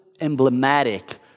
emblematic